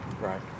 Right